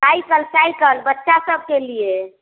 cycle cycle बच्चा सब के लिए